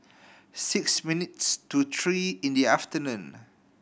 six minutes to three in the afternoon